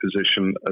position